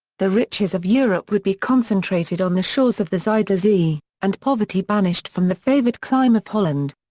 the riches of europe would be concentrated on the shores of the zuyder zee, and poverty banished from the favoured clime of holland.